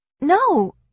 No